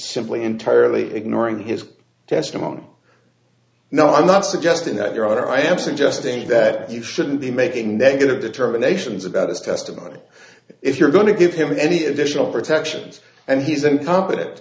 simply entirely ignoring his testimony no i'm not suggesting that you're i am suggesting that you shouldn't be making negative determinations about his testimony if you're going to give him any additional protections and he's incompetent